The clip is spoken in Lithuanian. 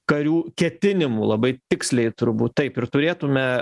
karių ketinimų labai tiksliai turbūt taip ir turėtume